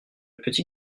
petit